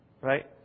Right